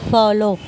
follow